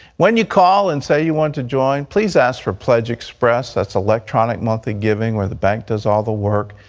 when you call and say you want to join, please ask for pledge express. that's electronic monthly giving, where the bank does all of the work.